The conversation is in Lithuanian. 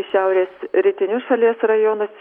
šiaurės rytinius šalies rajonus